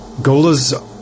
Golas